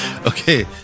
Okay